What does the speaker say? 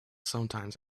sometimes